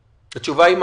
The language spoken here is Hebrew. מה התשובה?